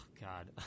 God